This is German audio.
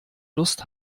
lust